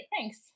Thanks